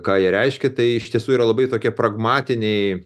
ką jie reiškia tai iš tiesų yra labai tokie pragmatiniai